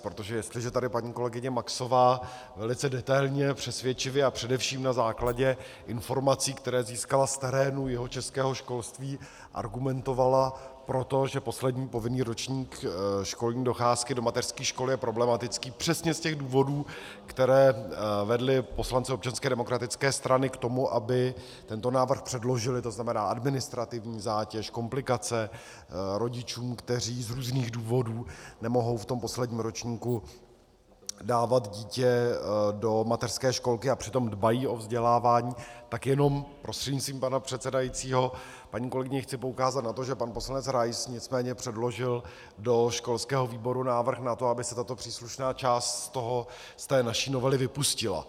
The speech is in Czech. Protože jestliže tady paní kolegyně Maxová velice detailně, přesvědčivě a především na základě informací, které získala z terénu jihočeského školství, argumentovala pro to, že poslední povinný ročník školní docházky do mateřských škol je problematický přesně z těch důvodů, které vedly poslance Občanské demokratické strany k tomu, aby tento návrh předložili, to znamená administrativní zátěž, komplikace rodičům, kteří z různých důvodů nemohou v tom posledním ročníku dávat dítě do mateřské školky a přitom dbají o vzdělávání, tak jenom prostřednictvím pana předsedajícího, paní kolegyně, chci poukázat na to, že pan poslanec Rais nicméně předložil do školského výboru návrh na to, aby se tato příslušná část z té naší novely vypustila.